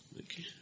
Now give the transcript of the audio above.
Okay